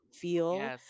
feel